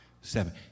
seven